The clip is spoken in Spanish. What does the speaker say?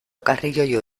carrillo